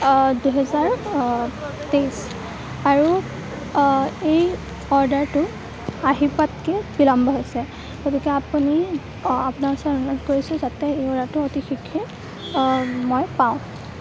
দুহেজাৰ তেইছ আৰু এই অৰ্ডাৰটো আহি পোৱাত কিয় বিলম্ব হৈছে এই বিষয়ে আপোনাৰ ওচৰত অনুৰোধ কৰিছোঁ যাতে মোৰ অৰ্ডাৰটো অতি শীঘ্ৰে মই পাওঁ